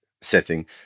setting